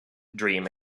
dream